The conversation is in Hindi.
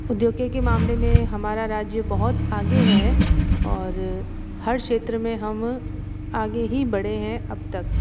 उद्योग के मामले में हमारा राज्य बहुत आगे है और हर क्षेत्र में हम आगे ही बढ़े हैं अब तक